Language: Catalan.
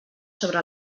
sobre